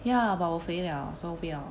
ya but 我肥了 so 不要